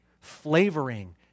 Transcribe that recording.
flavoring